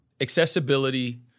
accessibility